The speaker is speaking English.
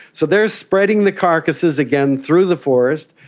so they are spreading the carcasses again through the forest.